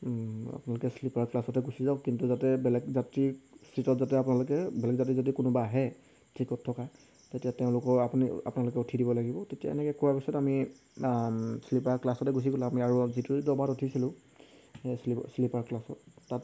আপোনালোকে শ্লীপাৰ ক্লাছতে গুচি যাওক কিন্তু যাতে বেলেগ যাত্ৰী চিটত যাতে আপোনালোকে বেলেগ যাত্ৰী যদি কোনোবা আহে টিকত থকা তেতিয়া তেওঁলোকৰ আপুনি আপোনালোকে উঠি দিব লাগিব তেতিয়া এনেকৈ কোৱাৰ পিছত আমি শ্লীপাৰ ক্লাছতে গুচি গ'লোঁ আমি আৰু যিটো ডবাত উঠিছিলোঁ সেই শ্লীপাৰ ক্লাছত তাত